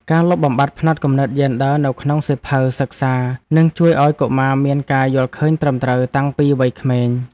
ការលុបបំបាត់ផ្នត់គំនិតយេនឌ័រនៅក្នុងសៀវភៅសិក្សានឹងជួយឱ្យកុមារមានការយល់ឃើញត្រឹមត្រូវតាំងពីវ័យក្មេង។